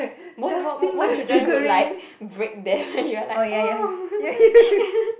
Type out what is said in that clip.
most mo~ most children would like break them you are like !oh!